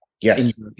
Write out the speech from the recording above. Yes